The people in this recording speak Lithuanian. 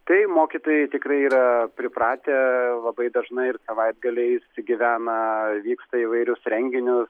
tai mokytojai tikrai yra pripratę labai dažnai ir savaitgaliais gyvena vyksta įvairius renginius